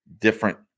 different